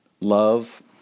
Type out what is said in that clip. love